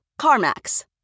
CarMax